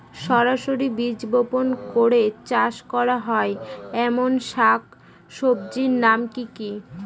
সরাসরি বীজ বপন করে চাষ করা হয় এমন শাকসবজির নাম কি কী?